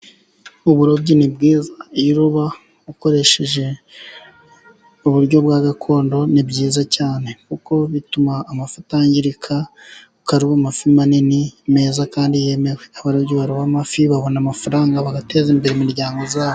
Uburobyi ni bwiza iyo uroba ukoresheje uburyo bwa gakondo, ni byiza cyane. Kuko bituma amafi atangirika ukaroba amafi manini meza kandi yemewe. Abaroba amafi babona amafaranga bagateza imbere imiryango yabo.